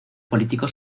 político